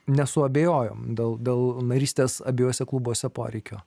nesuabejojom dėl dėl narystės abiejuose klubuose poreikio